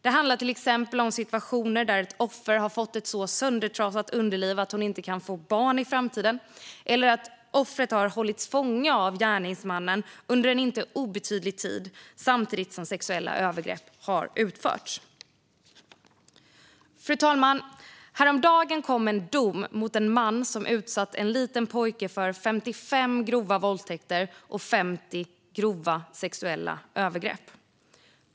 Det handlar till exempel om situationer där ett offer har fått så söndertrasat underliv att hon inte kan få barn i framtiden eller att offret har hållits fånge av gärningsmannen under en inte obetydlig tid samtidigt som sexuella övergrepp har utförts. Fru talman! Häromdagen kom en dom mot en man som utsatt en liten pojke för 55 grova våldtäkter och 50 grova sexuella övergrepp.